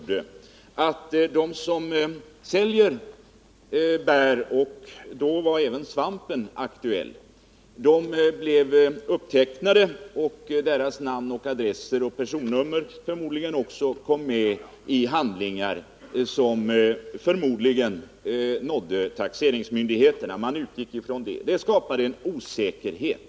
De som säljer bär och svamp blir nu upptecknade, deras namn, adress och förmodligen också personnummer kommer med i handlingar som förmodligen når taxeringsmyndigheterna. Det skapar en osäkerhet.